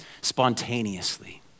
spontaneously